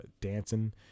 dancing